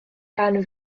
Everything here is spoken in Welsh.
gan